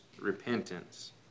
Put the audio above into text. repentance